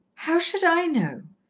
how should i know?